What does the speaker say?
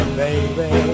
baby